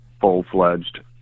full-fledged